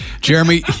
Jeremy